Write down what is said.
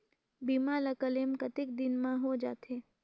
बीमा ला क्लेम कतेक दिन मां हों जाथे?